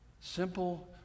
Simple